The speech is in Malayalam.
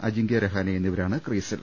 അജിങ്കൃ രഹാനെ എന്നിവരാണ് ക്രീസിൽ